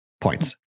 Points